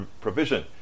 provision